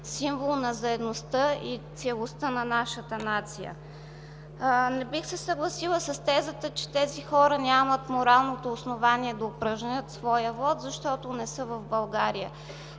символ на заедността и целостта на нашата нация. Не бих се съгласила с тезата, че тези хора нямат моралното основание да упражнят своя вот, защото не са в България.